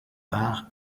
part